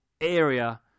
area